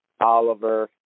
Oliver